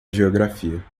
geografia